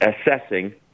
assessing